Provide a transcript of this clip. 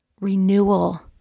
renewal